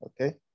Okay